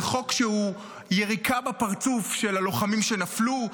זה חוק שהוא יריקה בפרצוף של הלוחמים שנפלו,